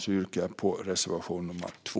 Jag yrkar bifall till reservation 2.